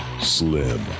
Slim